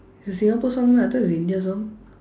it's Singapore song meh I thought it's Indian song